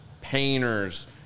painters